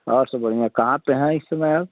और सब बढ़िया कहाँ पर हैं इस समय आप